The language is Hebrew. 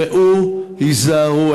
ראו, היזהרו.